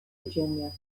virginia